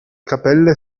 cappelle